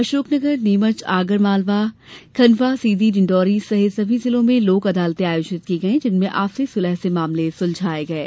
अशोकनगर नीमच आगर मालवा खण्डवा सीधी डिण्डौरी सहित सभी जिलों में लोक अदालतें आयोजित की गईं जिनमें आपसी सुलह से मामले सुलझाये गये